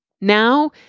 Now